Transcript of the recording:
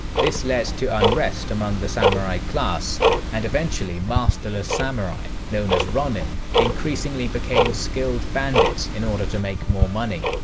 this led to unrest among the samurai class and eventually masterless samurai, samurai, known as ronin, increasingly became skilled bandits in order to make more money.